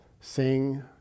sing